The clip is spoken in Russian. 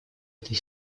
этой